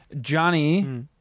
Johnny